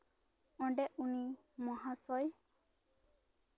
ᱚᱰᱮᱸ ᱩᱱᱤ ᱢᱚᱦᱟᱥᱚᱭ